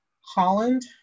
Holland